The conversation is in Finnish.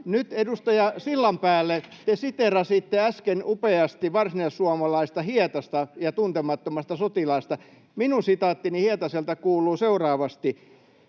edustaja Sillanpäälle: Te siteerasitte äsken upeasti varsinaissuomalaista Hietasta Tuntemattomasta sotilaasta. Minun sitaattini Hietaselta kuuluu seuraavasti: